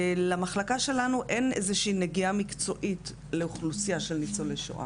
למחלקה שלנו אין נגיעה מקצועית לאוכלוסייה של ניצולי שואה,